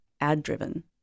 ad-driven